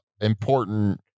important